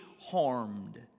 harmed